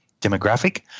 demographic